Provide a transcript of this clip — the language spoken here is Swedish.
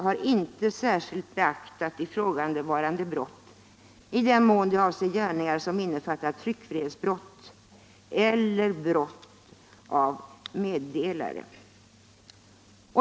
Man har inte särskilt beaktat ifrågavarande brott i den mån det avser gärningar som innefattar tryckfrihetsbrott eller brott av meddelare.